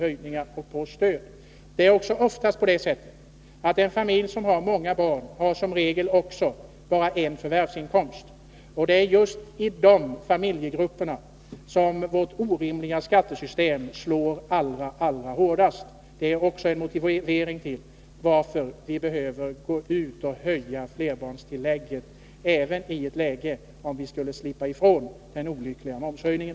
Oftast är det dessutom så att man i en familj med många barn som regel bara har en förvärvsinkomst. Mot just dessa familjegrupper slår vårt orimliga skattesystem allra hårdast. Det är ytterligare en motivering till att vi bör höja flerbarnstillägget, även om vi skulle slippa ifrån den olyckliga momshöjningen.